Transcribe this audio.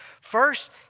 First